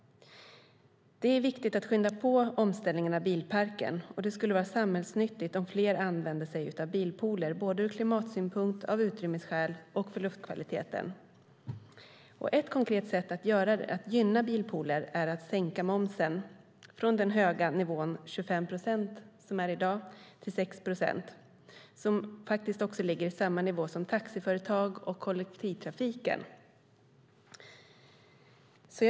Det är viktigt att skynda på omställningen av bilparken, och det skulle vara samhällsnyttigt om fler använde sig av bilpooler ur klimatsynpunkt, av utrymmesskäl och för luftkvalitetens skull. Ett konkret sätt att gynna bilpooler är att sänka momsen från den höga nivån 25 procent, som den ligger på i dag, till 6 procent, som är samma nivå som taxiföretag och kollektivtrafik har.